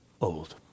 old